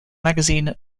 magazine